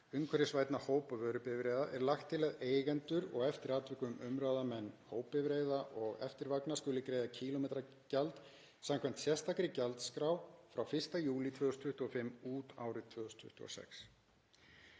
umhverfisvænna hóp- og vörubifreiða er lagt til að eigendur og eftir atvikum umráðamenn hópbifreiða og eftirvagna skuli greiða kílómetragjald samkvæmt sérstakri gjaldskrá frá 1. júlí 2025 út árið 2026.